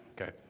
Okay